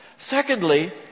Secondly